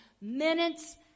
minutes